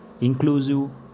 inclusive